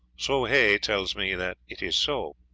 soh hay tells me that it is so.